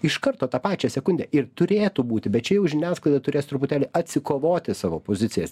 iš karto tą pačią sekundę ir turėtų būti bet čia jau žiniasklaida turės truputėlį atsikovoti savo pozicijas